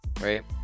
right